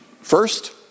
First